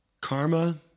karma